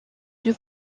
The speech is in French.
deux